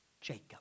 Jacob